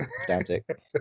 pedantic